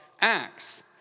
Acts